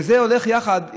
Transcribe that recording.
וזה הולך יחד.